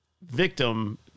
victim